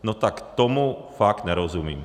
No tak tomu fakt nerozumím.